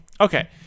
Okay